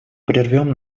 прервем